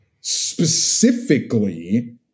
specifically